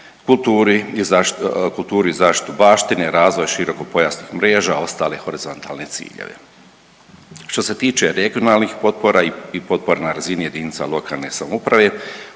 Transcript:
kulturi i zaštitu baštine, razvoj širokopojasnih mreža i ostale horizontalne ciljeve. Što se tiče regionalnih potpora i potpora na razini jedinica lokalne samouprave,